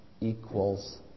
equals